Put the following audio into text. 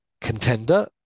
contender